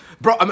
Bro